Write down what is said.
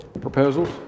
proposals